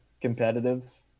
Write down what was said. competitive –